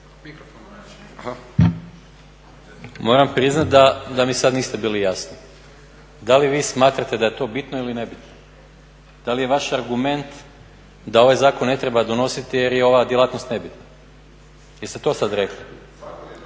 Moram priznat da mi sad niste bili jasni. Da li vi smatrate da je to bitno ili nebitno, da li je vaš argument da ovaj zakon ne treba donositi jer je ova djelatnost nebitna. Jeste to sad rekli?